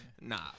Nah